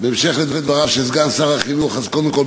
אז קודם כול,